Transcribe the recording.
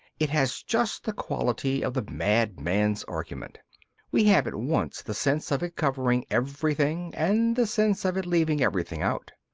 it has just the quality of the madman's argument we have at once the sense of it covering everything and the sense of it leaving everything out.